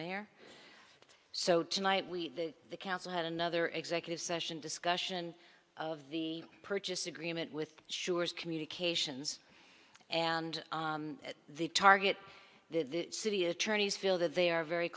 mayor so tonight we the council had another executive session discussion of the purchase agreement with sures communications and the target the city attorneys feel that they are very